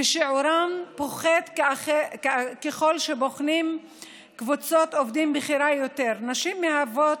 ושיעורן פוחת ככל שבוחנים קבוצות עובדים בכירות יותר: נשים מהוות